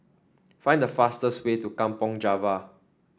find the fastest way to Kampong Java